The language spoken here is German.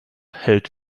hält